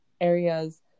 areas